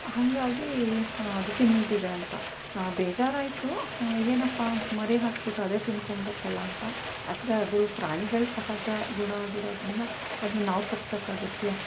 ಹಾಗಾಗಿ ಅದು ತಿಂದಿದೆ ಅಂತ ಬೇಜಾರಾಯಿತು ಏನಪ್ಪಾ ಮರಿ ಹಾಕಿಬಿಟ್ಟು ಅದೇ ತಿನ್ಕೊಂಬಿಡುತ್ತಲ್ಲಾ ಅಂತ ಆದರೆ ಅದು ಪ್ರಾಣಿಗಳ ಸಹಜ ಗುಣ ಆಗಿರೋದರಿಂದ ಅದನ್ನು ನಾವು ತಪ್ಸೋಕ್ಕಾಗತ್ಯೆ